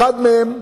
חמישה.